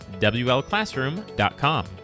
wlclassroom.com